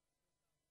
בנאומים בני דקה.